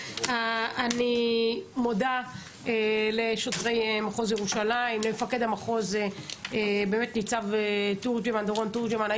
אני מודה לשוטרי מחוז ירושלים ולמפקד המחוז דורון תורג'מן.